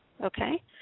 Okay